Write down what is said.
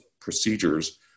procedures